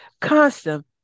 constant